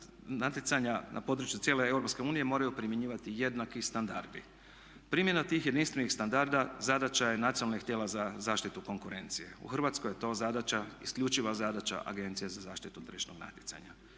natjecanja na području cijele Europske unije moraju primjenjivati jednaki standardi. Primjena tih jedinstvenih standarda zadaća je nacionalnih tijela za zaštitu konkurencije. U Hrvatskoj je to zadaća, isključiva zadaća Agencije za zaštitu tržišnog natjecanja.